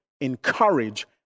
encourage